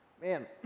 Man